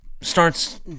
starts